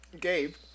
gabe